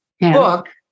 book